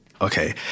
okay